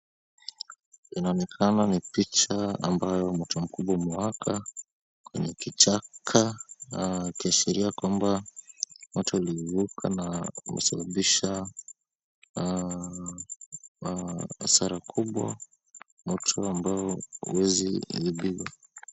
Inaonekana ni picha ambayo moto mkubwa umewaka kwenye kichaka, ikiashiria kwamba moto ulivuka na kusababisha hasara kubwa. Moto ambao huwezi zuiliwa.